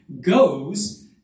goes